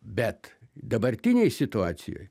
bet dabartinėj situacijoj